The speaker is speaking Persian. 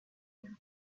خوره